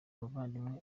umuvandimwe